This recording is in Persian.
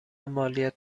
مالیات